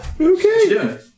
Okay